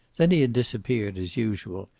then he had disappeared, as usual,